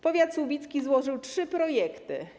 Powiat słubicki złożył trzy projekty.